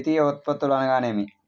ద్వితీయ ఉత్పత్తులు అనగా నేమి?